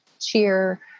cheer